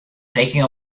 taking